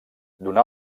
donà